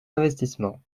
investissements